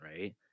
right